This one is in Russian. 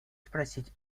спросить